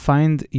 Find